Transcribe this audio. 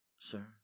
sir